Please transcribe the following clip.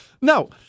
No